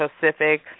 Pacific